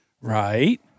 Right